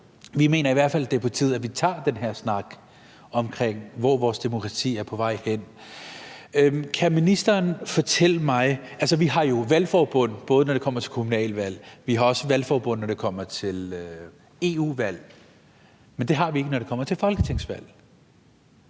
Vi mener i hvert fald, det er på tide, at vi tager den her snak om, hvor vores demokrati er på vej hen. Altså, vi har jo valgforbund, når det kommer til kommunalvalg, og vi har også valgforbund, når det kommer til EU-valg, men det har vi ikke, når det kommer til folketingsvalg.